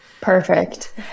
Perfect